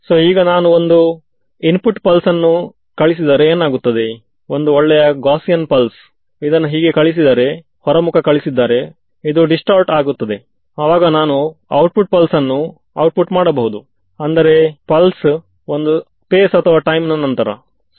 so ನಾನು ಈ ಬೌಂಡರಿಯನ್ನುಪಯೊಗಿಸಬಹುದು ಎಂಬುದು ನನಗೆ ತಿಳಿದಿದೆ ನಾನು ಅದರ ಮೇಲಿನ ಫೀಲ್ಡ್ ಅನ್ನು ಲೆಕ್ಕಾಚಾರ ಮಾಡಿರುವುದು ಗೊತ್ತು ಅದನ್ನು ಉಪಯೋಗಿಸಿ ಹೈಗನ್ಸ್ ತತ್ವವನ್ನು ಅಪ್ಲೈ ಮಾಡಬಹುದು ಹಾಗು ಫೀಲ್ಡ್ ಅನ್ನು ಬೇಕಾದಲ್ಲಿ ಕಂಡುಹಿಡಿಯಬಹುದು